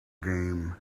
game